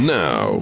now